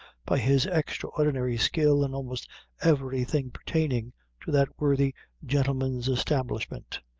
by his extraordinary skill in almost everything pertaining to that worthy gentleman's establishment.